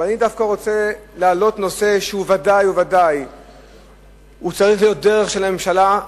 אבל אני דווקא רוצה להעלות נושא שוודאי צריך להיות דרך של הממשלה,